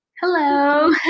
Hello